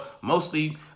mostly